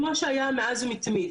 כמו שהיה מאז ומתמיד,